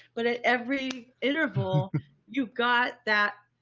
but at every interval you got that,